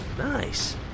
Nice